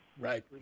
Right